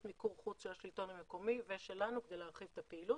מיקור חוץ של השלטון המקומי ושלנו כדי להרחיב את הפעילות,